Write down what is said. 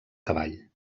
cavall